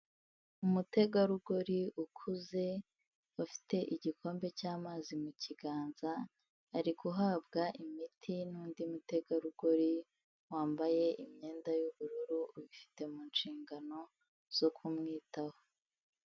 Umutegarugori ukuze, ufite igikombe cy'amazi mu kiganza, ari guhabwa imiti n'undi mutegarugori, wambaye imyenda y'ubururu ubifite mu nshingano zo kumwitaho.